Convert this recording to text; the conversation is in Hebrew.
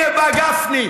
אוה, הינה בא גפני.